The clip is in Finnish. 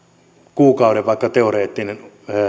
kuukauden teoreettinen